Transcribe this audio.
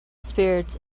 spirits